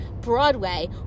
Broadway